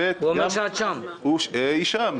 היא שם,